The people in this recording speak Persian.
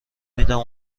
میدم